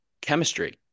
chemistry